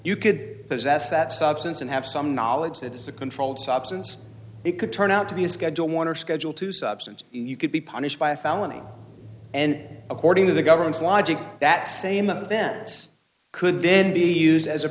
you could possess that substance and have some knowledge that is a controlled substance it could turn out to be a schedule one or schedule two substance you could be punished by a felony and according to the government's logic that same advance could then be used as a